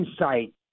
insight